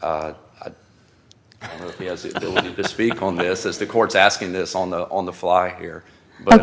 to speak on this is the court's asking this on the on the fly here